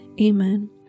Amen